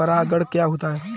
परागण क्या होता है?